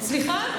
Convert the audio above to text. סליחה?